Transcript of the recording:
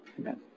Amen